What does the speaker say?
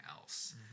else